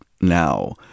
now